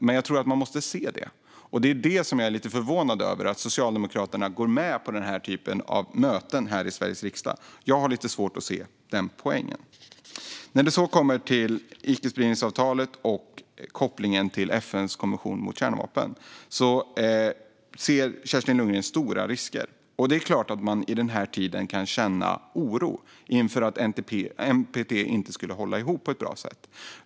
Men jag tror att man måste se det. Och jag är lite förvånad över att Socialdemokraterna går med på den typen av möten här i Sveriges riksdag. Jag har lite svårt att se den poängen. När det gäller icke-spridningsavtalet och kopplingen till FN:s konvention mot kärnvapen ser Kerstin Lundgren stora risker. Det är klart att man i den här tiden kan känna oro inför att NPT inte skulle hålla ihop på ett bra sätt.